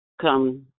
come